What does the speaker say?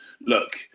look